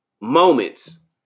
Moments